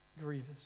grievous